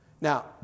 Now